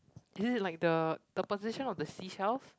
is it like the the position of the seashells